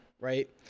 right